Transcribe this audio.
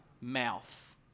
Mouth